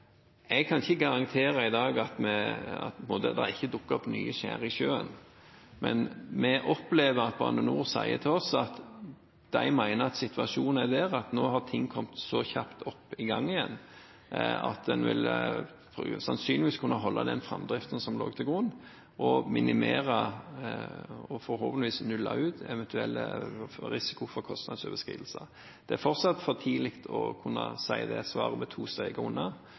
Jeg kan ikke i dag garantere at det ikke vil dukke opp nye skjær i sjøen, men Bane NOR sier til oss at de mener at situasjonen er slik at ting har kommet så kjapt i gang igjen at en sannsynligvis vil kunne ha den framdriften som lå til grunn, og minimere – forhåpentligvis nulle ut – eventuelle risikoer for kostnadsoverskridelser. Det er fortsatt for tidlig å kunne gi det svaret med to